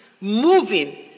moving